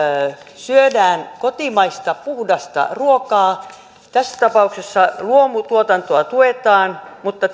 syödään kotimaista puhdasta ruokaa tässä tapauksessa luomutuotantoa tuetaan mutta